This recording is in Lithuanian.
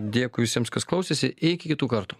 dėkui visiems kas klausėsi iki kitų kartų